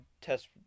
test